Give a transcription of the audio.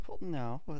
No